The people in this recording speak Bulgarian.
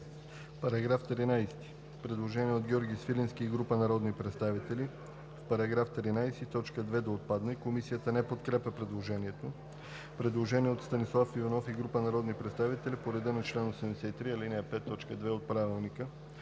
По § 13 има предложение от Георги Свиленски и група народни представители – в § 13 т. 2 отпада. Комисията не подкрепя предложението. Предложение от Станислав Иванов и група народни представители по реда на чл. 83, ал.